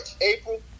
April